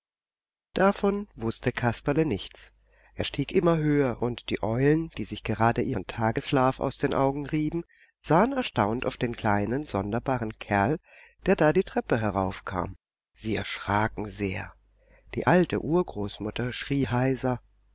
davon wußte kasperle nichts er stieg immer höher und die eulen die sich gerade ihren tagesschlaf aus den augen rieben sahen erstaunt auf den kleinen sonderbaren kerl der da die treppe heraufkam sie erschraken sehr die alte urgroßmutter schrie heiser